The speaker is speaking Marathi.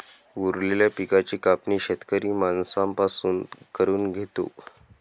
उरलेल्या पिकाची कापणी शेतकरी माणसां पासून करून घेतो